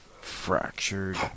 fractured